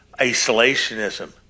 isolationism